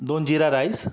दोन जिरा राईस